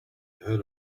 heard